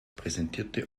präsentierte